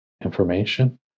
Information